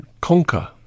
conquer